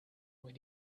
with